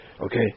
Okay